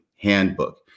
handbook